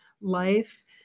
life